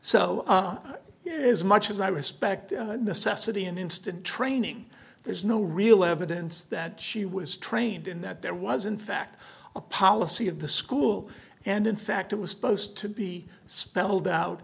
so as much as i respect necessity in instant training there's no real evidence that she was trained in that there was in fact a policy of the school and in fact it was supposed to be spelled out